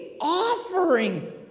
offering